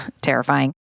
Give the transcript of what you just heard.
terrifying